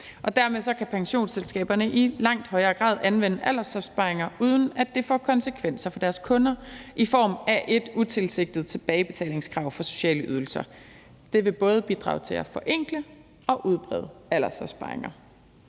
Dermed kan pensionsselskaberne i langt højere grad anvende aldersopsparinger, uden at det får konsekvenser for deres kunder i form af et utilsigtet tilbagebetalingskrav for sociale ydelser. Det vil både bidrage til at forenkle og udbrede aldersopsparinger.